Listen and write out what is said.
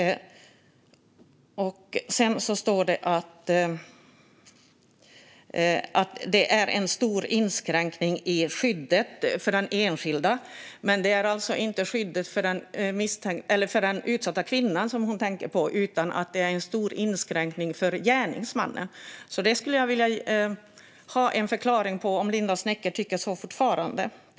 Sedan står det att det är en stor inskränkning i skyddet för den enskilda. Men Linda Snecker tänker alltså inte på skyddet för den utsatta kvinnan, utan på att det är en stor inskränkning för gärningsmannen. Jag skulle vilja ha en förklaring - tycker Linda Snecker fortfarande så?